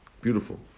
Beautiful